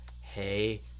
hey